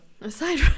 aside